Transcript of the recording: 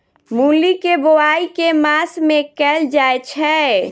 मूली केँ बोआई केँ मास मे कैल जाएँ छैय?